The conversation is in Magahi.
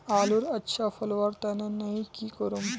आलूर अच्छा फलवार तने नई की करूम?